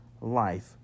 life